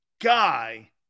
guy